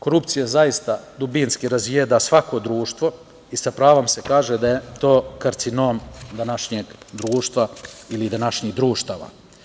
Korupcija zaista dubinski razjeda svako društvo i sa pravom se kaže da je to karcinom današnjeg društva ili današnjih društava.